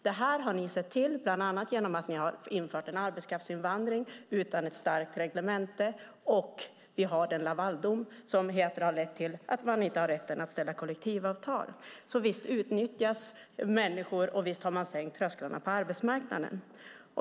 Det här har ni sett till bland annat genom att ni har infört arbetskraftsinvandring utan ett starkt reglemente, och vi har den Lavaldom som har lett till att man inte har rätt att ställa krav på kollektivavtal. Så visst utnyttjas människor, och visst har man sänkt trösklarna på arbetsmarknaden.